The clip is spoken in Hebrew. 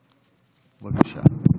בבקשה.